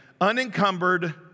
unencumbered